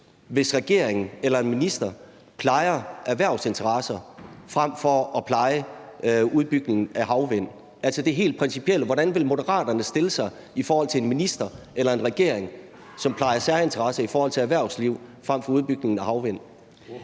hvis regeringen eller en minister plejer erhvervsinteresser frem for at pleje udbygningen af havvindmøller. Det handler altså om det helt principielle spørgsmål: Hvordan vil Moderaterne stille sig i forhold til en minister eller en regering, som plejer særinteresser i forhold til erhvervslivet frem for udbygningen af havvind?